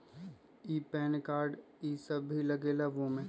कि PAN card इ सब भी लगेगा वो में?